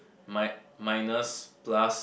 my minus plus